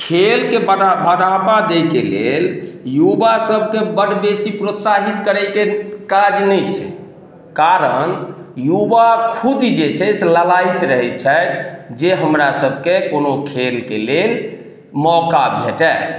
खेलके बढ़ावा दैके लेल युवा सबके बड बेसी प्रोत्साहित करैके काज नही छै कारण युवा खुद जे छै से ललायित रहै छथि जे हमरा सबके कोनो खेलके लेल मौका भेटै